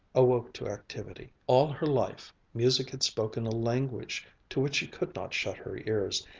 awoke to activity. all her life music had spoken a language to which she could not shut her ears,